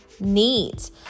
neat